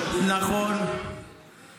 אתה יודע שממש כתבתי את החוק ככתבו וכלשונו.